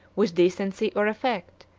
with decency or effect,